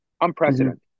Unprecedented